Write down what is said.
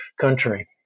country